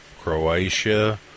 Croatia